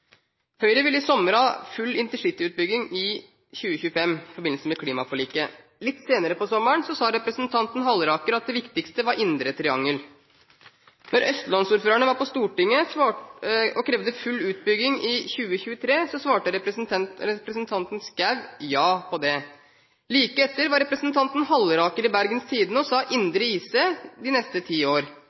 Høyre ville i sommer ha full intercityutbygging i 2025, i forbindelse med klimaforliket. Litt senere på sommeren sa representanten Halleraker at det viktigste var indre triangel. Da østlandsordførerne var på Stortinget og krevde full utbygging i 2023, svarte representanten Schou ja til det. Like etter var representanten Halleraker i Bergens Tidende og snakket om det indre intercitynettet de neste ti år.